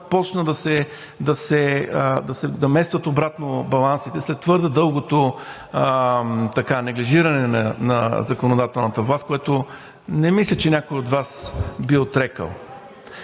почна да се наместват обратно балансите след твърде дългото неглижиране на законодателната власт, което не мисля, че някой от Вас би отрекъл.